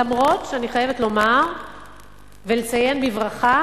למרות שאני חייבת לומר ולציין בברכה